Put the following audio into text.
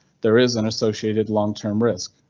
there is an associated long-term risk,